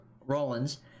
Rollins